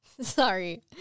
sorry